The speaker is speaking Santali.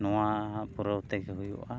ᱱᱚᱣᱟ ᱱᱟᱦᱟᱜ ᱯᱩᱨᱟᱹᱣ ᱛᱮᱜᱮ ᱦᱩᱭᱩᱜᱼᱟ